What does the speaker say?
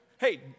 Hey